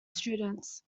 students